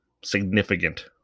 significant